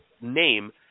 name